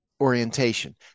orientation